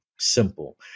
Simple